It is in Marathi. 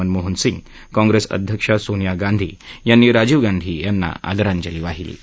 मनमोहन सिंग काँग्रेस अध्यक्ष सोनिया गांधी यांनी राजीव गांधींना आदरांजली वाहिली आहे